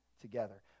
together